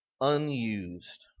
unused